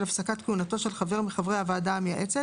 הפסקת כהונתו של חבר מחברי הוועדה המייעצת,